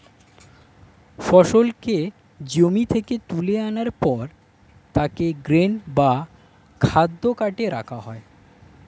ফসলকে জমি থেকে তুলে আনার পর তাকে গ্রেন বা খাদ্য কার্টে রাখা হয়